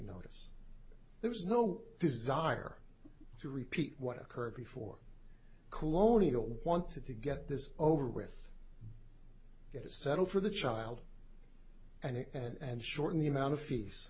notice there was no desire to repeat what occurred before colonial wanted to get this over with yet to settle for the child and shorten the amount of fees